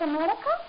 America